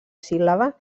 síl·laba